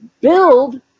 build